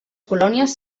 colònies